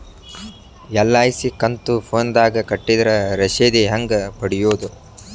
LIC ಕಂತು ಫೋನದಾಗ ಕಟ್ಟಿದ್ರ ರಶೇದಿ ಹೆಂಗ್ ಪಡೆಯೋದು?